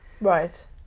right